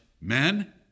men